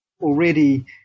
already